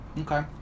okay